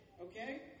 Okay